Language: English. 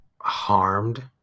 harmed